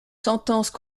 sentences